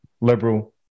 liberal